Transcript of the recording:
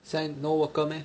现在 no worker meh